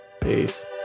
Peace